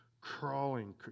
crawling